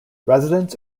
residents